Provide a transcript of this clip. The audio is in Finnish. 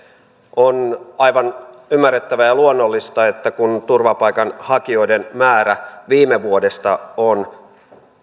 on aivan ymmärrettävää ja luonnollista että kun turvapaikanhakijoiden määrä viime vuodesta on